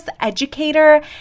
educator